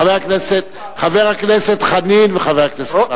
חבר הכנסת חנין וחבר הכנסת ברכה,